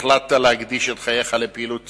החלטת להקדיש את חייך לפעילות ציבורית,